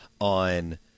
on